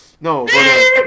no